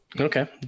Okay